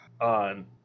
on